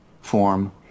form